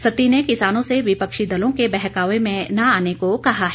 सत्ती ने किसानों से विपक्षी दलों के बहकावे में न आने को कहा है